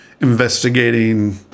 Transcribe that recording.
investigating